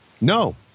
No